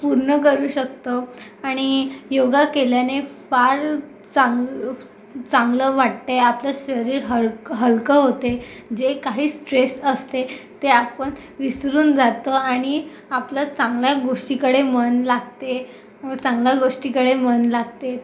पूर्ण करू शकतो आणि योगा केल्याने फार चांग चांगलं वाटतंय आपलं शरीर हलकं हलकं होतं आहे जे काही स्ट्रेस असते ते आपण विसरून जातो आणि आपलं चांगल्या गोष्टीकडे मन लागते चांगल्या गोष्टीकडे मन लागते